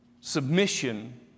Submission